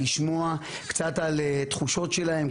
לשמוע קצת על תחושות שלהם,